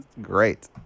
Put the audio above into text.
Great